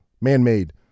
man-made